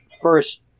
first